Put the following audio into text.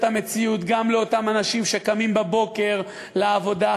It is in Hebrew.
המציאות גם לאותם אנשים שקמים בבוקר לעבודה,